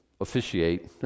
officiate